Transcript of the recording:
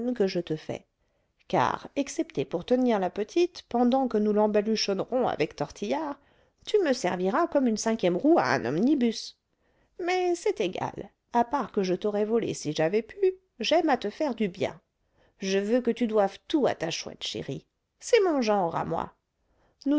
que je te fais car excepté pour tenir la petite pendant que nous l'embaluchonnerons avec tortillard tu me serviras comme une cinquième roue à un omnibus mais c'est égal à part que je t'aurais volé si j'avais pu j'aime à te faire du bien je veux que tu doives tout à ta chouette chérie c'est mon genre à moi